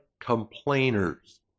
complainers